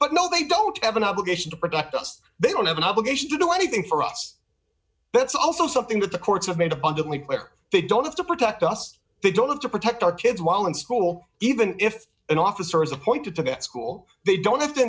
but no they don't have an obligation to protect us they don't have an obligation to do anything for us but it's also something that the courts have made abundantly clear they don't have to protect us they don't have to protect our kids while in school even if an officer is appointed to get school they don't have to